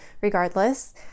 regardless